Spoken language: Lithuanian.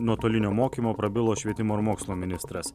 nuotolinio mokymo prabilo švietimo ir mokslo ministras